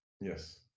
Yes